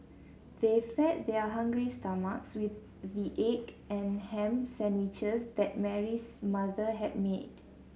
they fed their hungry stomachs with the egg and ham sandwiches that Mary's mother had made